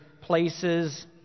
places